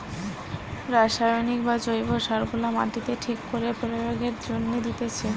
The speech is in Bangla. রাসায়নিক বা জৈব সার গুলা মাটিতে ঠিক করে প্রয়োগের জন্যে দিতেছে